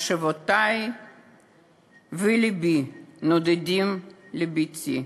מחשבותי ולבי נודדים לביתי,